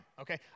Okay